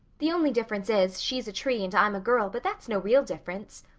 the only difference is, she's a tree and i'm a girl, but that's no real difference.